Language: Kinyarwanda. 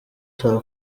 saa